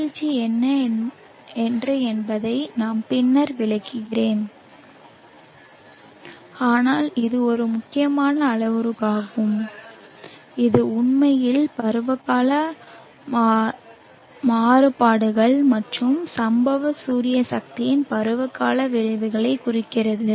வீழ்ச்சி என்ன என்பதை நான் பின்னர் விளக்குகிறேன் ஆனால் இது ஒரு முக்கியமான அளவுருவாகும் இது உண்மையில் பருவகால மாறுபாடுகள் மற்றும் சம்பவ சூரிய சக்தியின் பருவகால விளைவுகளை குறிக்கிறது